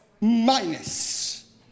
minus